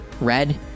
red